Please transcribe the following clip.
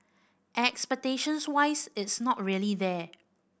expectations wise it's not really there